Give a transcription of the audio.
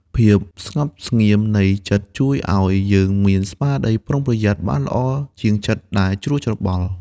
ភាពស្ងប់ស្ងៀមនៃចិត្តជួយឱ្យយើងមានស្មារតីប្រុងប្រយ័ត្នបានល្អជាងចិត្តដែលជ្រួលច្របល់។